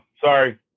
Sorry